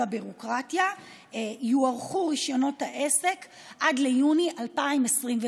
הביורוקרטיה יוארכו רישיונות העסק עד ליוני 2021,